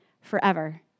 forever